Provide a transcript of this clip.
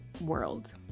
world